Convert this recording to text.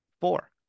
Four